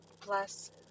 plus